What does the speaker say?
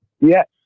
Yes